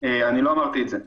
אני לא אמרתי את זה.